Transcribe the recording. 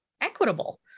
equitable